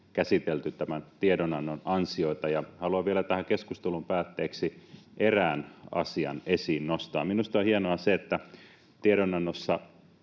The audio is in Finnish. käsitelty tämän tiedonannon ansioita, ja haluan vielä tähän keskustelun päätteeksi erään asian esiin nostaa. Minusta on hienoa se, että tiedonannossa